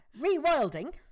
Rewilding